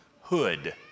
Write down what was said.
Hood